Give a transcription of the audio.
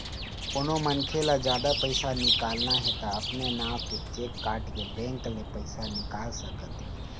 कोनो मनखे ल जादा पइसा निकालना हे त अपने नांव के चेक काटके बेंक ले पइसा निकाल सकत हे